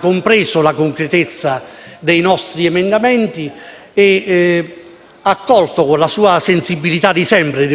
compreso la concretezza dei nostri emendamenti e aver colto, con la sensibilità di sempre,